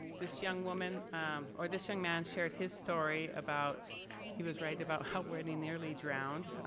this young woman or this young man shared his story about he was writitng about how when he nearly drowned.